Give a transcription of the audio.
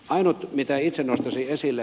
ainut mitä itse nostaisin esille